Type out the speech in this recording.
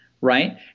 Right